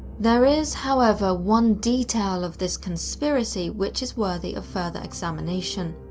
there is, however, one detail of this conspiracy which is worthy of further examination.